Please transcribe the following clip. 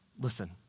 listen